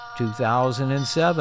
2007